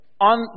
on